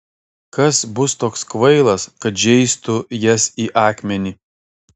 kas bus toks kvailas kad žeistų jas į akmenį